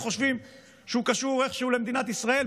חושבים שהוא קשור איכשהו למדינת ישראל,